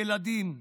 ילדים,